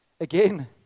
Again